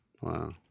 Wow